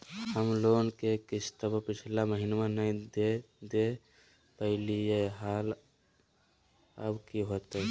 हम लोन के किस्तवा पिछला महिनवा नई दे दे पई लिए लिए हल, अब की होतई?